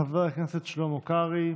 חבר הכנסת שלמה קרעי,